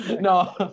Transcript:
no